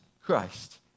Christ